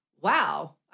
wow